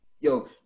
Yo